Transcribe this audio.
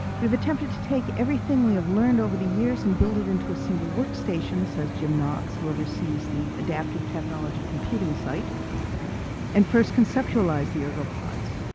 we've attempted to take everything we have learned over the years and build it into a single workstation, says jim knox, who oversees the adaptive technology computing site and first conceptualized the ergopods.